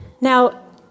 Now